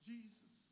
Jesus